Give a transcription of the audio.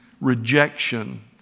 rejection